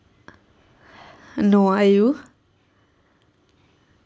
no are you